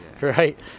right